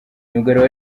myugariro